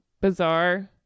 bizarre